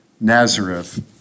Nazareth